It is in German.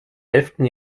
elften